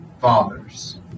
fathers